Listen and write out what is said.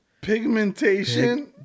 Pigmentation